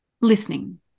listening